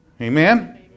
Amen